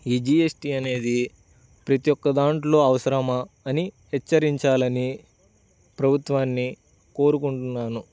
ఈ G S T అనేది ప్రతి ఒక్క దానిలో అవసరమా అని హెచ్చరించాలని ప్రభుత్వాన్ని కోరుకుంటున్నాను